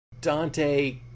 Dante